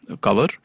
cover